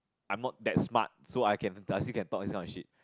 I'm not that smart so I can I still can talk this kind of shit